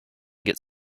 get